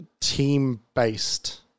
team-based